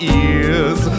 ears